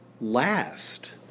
last